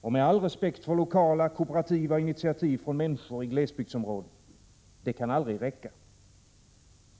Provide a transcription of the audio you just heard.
och med all respekt för lokala och kooperativa initiativ från människor i glesbygdsområdena — detta kan aldrig räcka.